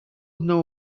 know